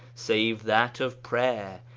save that of prayer,